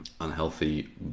unhealthy